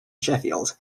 sheffield